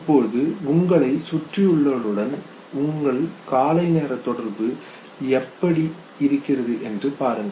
இப்போது உங்களை சுற்றியுள்ளவர்களுடன் உங்கள் காலை நேர தொடர்பு எப்படி என்று பாருங்கள்